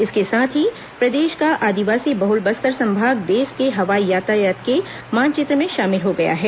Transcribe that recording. इसके साथ ही प्रदेश का आदिवासी बहल बस्तर संभाग देश के हवाई यातायात के मानचित्र में शामिल हो गया है